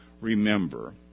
remember